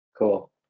Cool